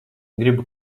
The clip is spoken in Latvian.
gribu